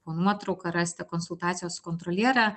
po nuotrauka rasite konsultacijos kontrolierę